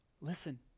listen